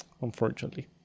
unfortunately